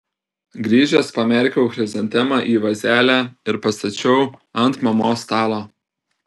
grįžęs pamerkiau chrizantemą į vazelę ir pastačiau ant mamos stalo